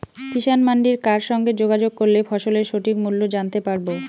কিষান মান্ডির কার সঙ্গে যোগাযোগ করলে ফসলের সঠিক মূল্য জানতে পারবো?